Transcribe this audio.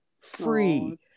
free